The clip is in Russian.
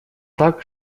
так